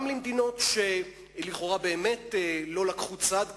גם למדינות שלכאורה באמת לא לקחו צד,